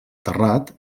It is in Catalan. terrat